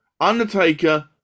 Undertaker